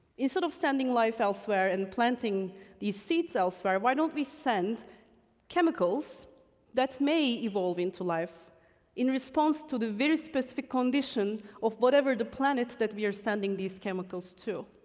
instead of sending life elsewhere and planting these seeds elsewhere, why don't we send chemicals that may evolve into life in response to the very specific condition of whatever the planet that we are sending these chemicals to?